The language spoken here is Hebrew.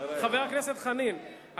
חבר הכנסת חנין?